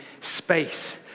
space